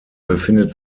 befindet